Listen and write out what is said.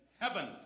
heaven